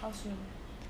how soon